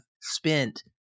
spent